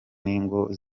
n’ingabo